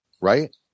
Right